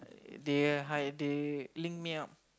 they hire they link me up